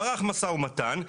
ערך משא ומתן,